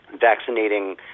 vaccinating